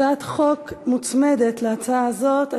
הצעת חוק מוצמדת להצעה הזאת,